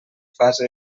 fase